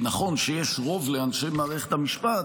נכון שיש רוב לאנשי מערכת המשפט,